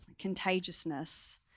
contagiousness